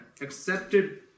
accepted